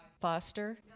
Foster